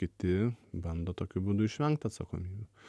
kiti bando tokiu būdu išvengt atsakomybę